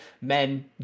Men